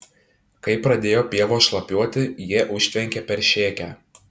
kai pradėjo pievos šlapiuoti jie užtvenkė peršėkę